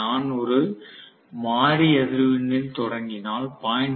நான் ஒரு மாறி அதிர்வெண்ணில் தொடங்கினால் 0